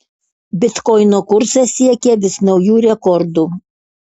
bitkoino kursas siekia vis naujų rekordų